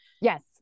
yes